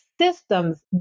systems